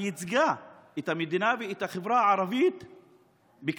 והיא ייצגה את המדינה ואת החברה הערבית בכבוד.